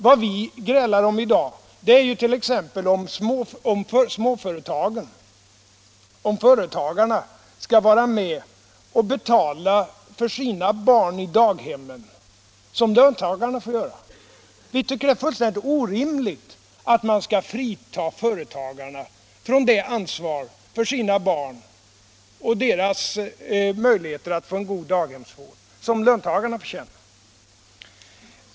Vad vi grälar om i dag är ju t.ex. om företagarna skall vara med och betala för sina barn i daghemmen, som löntagarna får göra. Vi tycker det är fullständigt orimligt att man skall frita företagarna från samma ansvar för sina barn och deras möjligheter att få en god daghemsvård som löntagarna får känna.